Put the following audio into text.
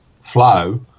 flow